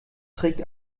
trägt